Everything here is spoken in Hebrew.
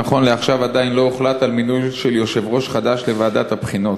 נכון לעכשיו עדיין לא הוחלט על מינוי של יושב-ראש חדש לוועדת הבחינות,